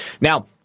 Now